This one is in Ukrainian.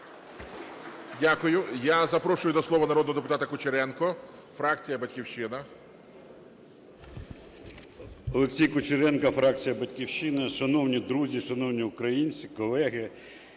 Дякую. Я запрошую до слова народного депутата Кучеренко, фракція "Батьківщина". 12:39:27 КУЧЕРЕНКО О.Ю. Олексій Кучеренко, фракція "Батьківщина." Шановні друзі, шановні українці, колеги!